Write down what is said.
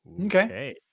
Okay